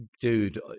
dude